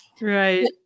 Right